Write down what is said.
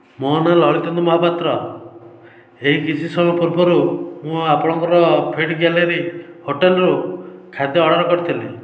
ମୋ ନାଁ ଲଲିତେନ୍ଦୁ ମହାପାତ୍ର ଏଇ କିଛି ସମୟ ପୂର୍ବରୁ ମୁଁ ଆପଣଙ୍କର ଫିଡ଼୍ ଗେଲେରୀ ହୋଟେଲ୍ରୁ ଖାଦ୍ୟ ଅର୍ଡ଼ର୍ କରିଥିଲି